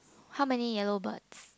how many yellow birds